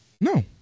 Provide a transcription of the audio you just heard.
No